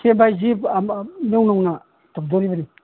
ꯁꯦꯝꯕ ꯍꯥꯏꯁꯤ ꯏꯅꯧ ꯅꯧꯅ ꯇꯧꯗꯣꯔꯤꯕꯅꯤ